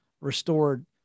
restored